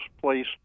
place